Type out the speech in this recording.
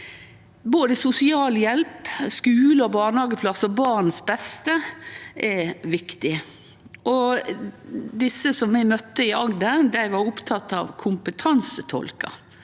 Både sosialhjelp, skule- og barnehageplassar og barns beste er viktig. Dei eg møtte i Agder, var opptekne av kompetansetolkar.